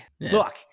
Look